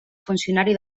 funcionari